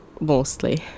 Mostly